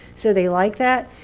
so they like that.